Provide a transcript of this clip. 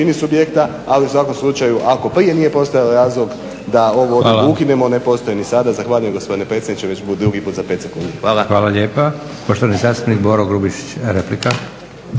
(SDP)** Hvala lijepa. Poštovani zastupnik Boro Grubišić, replika.